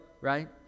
right